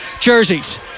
jerseys